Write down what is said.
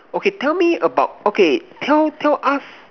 okay tell me about okay tell tell us